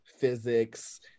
physics